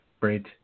right